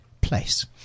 place